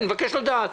אני מבקש לדעת.